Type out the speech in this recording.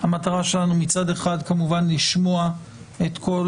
המטרה שלנו היא מצד אחד כמובן לשמוע את כל